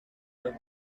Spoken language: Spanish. los